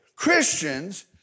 Christians